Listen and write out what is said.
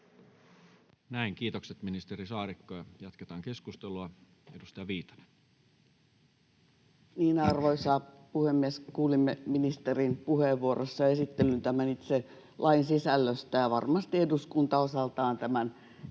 Näin. — Kiitokset ministeri Saarikko. Jatketaan keskustelua. — Edustaja Viitanen. Arvoisa puhemies! Kuulimme ministerin puheenvuorossa esittelyn tämän itse lain sisällöstä, ja varmasti eduskunta osaltaan tämän sitten